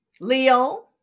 Leo